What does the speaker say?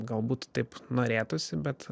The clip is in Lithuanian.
galbūt taip norėtųsi bet